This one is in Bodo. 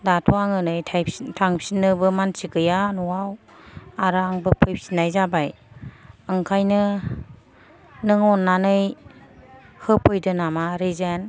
दाथ' आङो थांफिनोबो मानसि गैया न'आव आरो आंबो फैफिननाय जाबाय ओंखायनो नों अन्नानै होफैदो नामा रिजेन